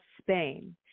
Spain